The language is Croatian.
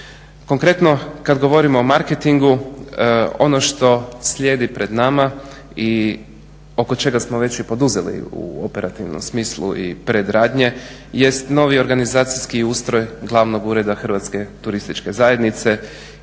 Konkretno, kad govorimo o marketingu ono što slijedi pred nama i oko čega smo već i poduzeli u operativnom smislu i predradnje jest novi organizacijski ustroj Glavnog ureda Hrvatske turističke zajednice